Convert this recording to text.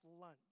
lunch